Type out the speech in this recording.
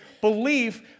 belief